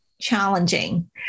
challenging